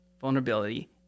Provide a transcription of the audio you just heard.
vulnerability